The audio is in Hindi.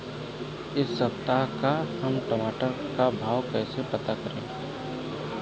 इस सप्ताह का हम टमाटर का भाव कैसे पता करें?